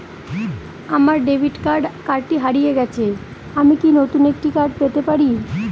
আমার ডেবিট কার্ডটি হারিয়ে গেছে আমি কি নতুন একটি কার্ড পেতে পারি?